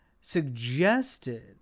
suggested